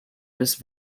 this